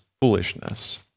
foolishness